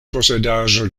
posedaĵo